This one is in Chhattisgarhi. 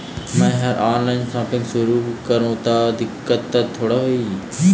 मैं हर ऑनलाइन शॉपिंग करू ता कोई दिक्कत त थोड़ी होही?